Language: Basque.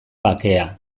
bakea